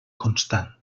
constant